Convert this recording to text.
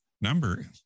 number